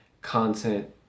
content